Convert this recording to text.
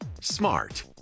smart